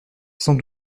sans